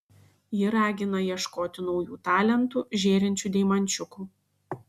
ji ragina ieškoti naujų talentų žėrinčių deimančiukų